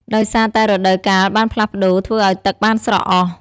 ដោយសារតែរដូវកាលបានផ្លាស់ប្ដូរធ្វើអោយទឹកបានស្រកអស់។